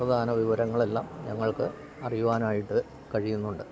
പ്രധാന വിവരങ്ങളെല്ലാം ഞങ്ങൾക്ക് അറിയുവാനായിട്ട് കഴിയുന്നുണ്ട്